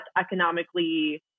economically